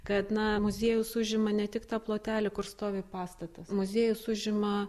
kad na muziejus užima ne tik tą plotelį kur stovi pastatas muziejus užima